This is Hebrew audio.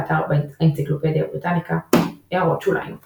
באתר אנציקלופדיה בריטניקה == הערות שוליים ==